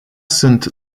sunt